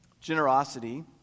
Generosity